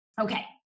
Okay